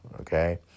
okay